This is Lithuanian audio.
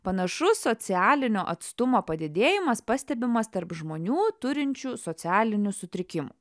panašus socialinio atstumo padidėjimas pastebimas tarp žmonių turinčių socialinių sutrikimų